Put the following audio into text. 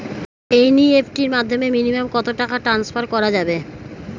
NEFT এর মাধ্যমে minimum কত টাকা টান্সফার করা যাবে?